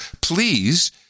please